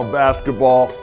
basketball